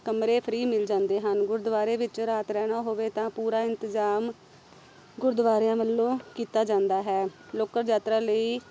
ਕਮਰੇ ਫਰੀ ਮਿਲ ਜਾਂਦੇ ਹਨ ਗੁਰਦੁਆਰੇ ਵਿੱਚ ਰਾਤ ਰਹਿਣਾ ਹੋਵੇ ਤਾਂ ਪੂਰਾ ਇੰਤਜ਼ਾਮ ਗੁਰਦੁਆਰਿਆਂ ਵੱਲੋਂ ਕੀਤਾ ਜਾਂਦਾ ਹੈ ਲੋਕਲ ਯਾਤਰਾ ਲਈ